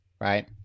right